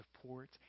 support